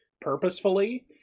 purposefully